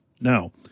Now